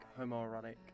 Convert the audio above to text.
homoerotic